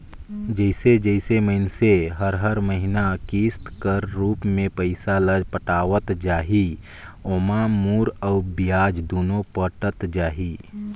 जइसे जइसे मइनसे हर हर महिना किस्त कर रूप में पइसा ल पटावत जाही ओाम मूर अउ बियाज दुनो पटत जाही